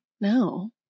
No